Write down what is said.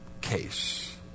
case